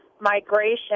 migration